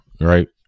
Right